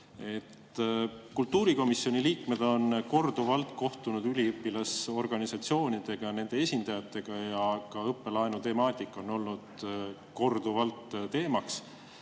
Kultuurikomisjoni liikmed on korduvalt kohtunud üliõpilasorganisatsioonidega, nende esindajatega ja ka õppelaenu temaatika on olnud korduvalt teemaks.